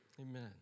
Amen